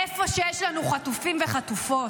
איפה שיש לנו חטופים וחטופות,